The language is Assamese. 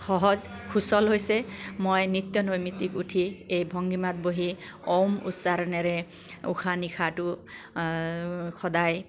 সহজ সুচল হৈছে মই নিত্য নৈমিত্তিক উঠি এই ভংগীমাত বহি ওম উচ্চাৰণেৰে উশাহ নিশাহটো সদায়